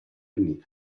beneath